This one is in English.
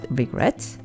regrets